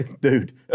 Dude